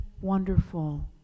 wonderful